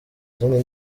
zindi